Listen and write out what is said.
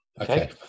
Okay